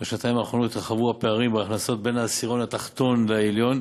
בשנתיים האחרונות התרחבו הפערים בהכנסות בין העשירון התחתון לעליון.